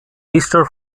easter